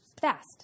fast